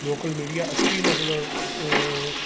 local media ਅੱਛੀ ਮਤਲਬ